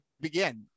begin